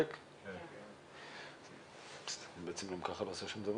גם ככה לא נעשה שום דבר.